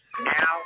Now –